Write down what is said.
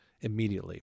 immediately